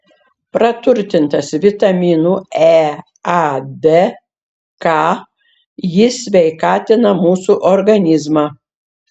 praturtintas vitaminų e a d k jis sveikatina mūsų organizmą